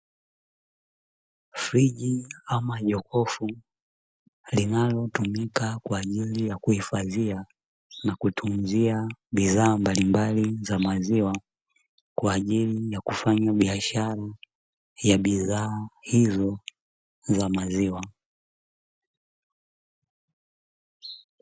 Friji ama jokofu linalotumika kwa ajili ya kuhifadhia na kutunzia bidhaa mbalimbali za maziwa kwa ajili ya kufanya biashara ya bidhaa hizo za maziwa.